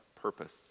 purpose